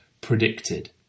predicted